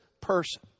person